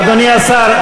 אדוני השר,